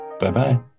Bye-bye